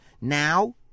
Now